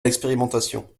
l’expérimentation